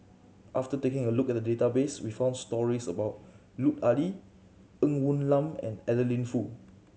after taking a look at the database we found stories about Lut Ali Ng Woon Lam and Adeline Foo